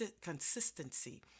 consistency